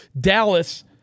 Dallas